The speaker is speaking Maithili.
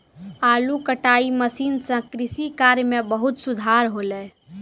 आलू कटाई मसीन सें कृषि कार्य म बहुत सुधार हौले